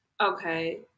Okay